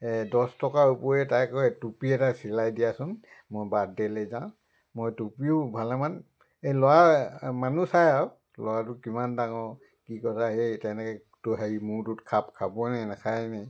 দহ টকাৰ উপৰি তাই কয় টুপি এটা চিলাই দিয়াচোন মই বাৰ্থডেলৈ যাওঁ মই টুপিও ভালেমান এই ল'ৰা মানুহ চাই আৰু ল'ৰাটো কিমান ডাঙৰ কি কথা সেই তেনেকৈ তো হেৰি মূৰটোত খাপ খাবনে নাখায়নে